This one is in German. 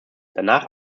danach